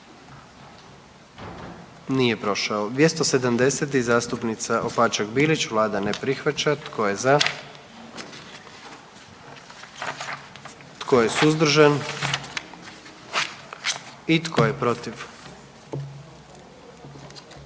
44. Kluba zastupnika SDP-a, vlada ne prihvaća. Tko je za? Tko je suzdržan? Tko je protiv?